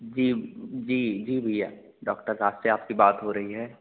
जी जी जी भैया डाक्टर साहब से आपकी बात हो रही है